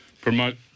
promote